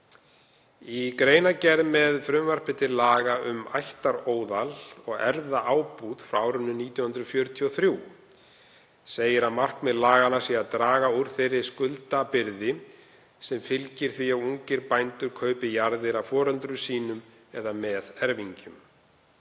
Í greinargerð með frumvarpi til laga um ættaróðal og erfðaábúð frá árinu 1943 segir að markmið laganna sé að draga úr þeirri skuldabyrði sem fylgir því að ungir bændur kaupi jarðir af foreldrum sínum eða meðerfingjum.